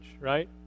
right